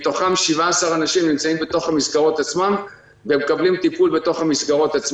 מתוכם 17 אנשים נמצאים בתוך המסגרות עצמן ומקבלים טיפול בתוך המסגרות.